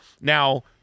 Now